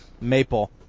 Maple